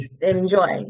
enjoy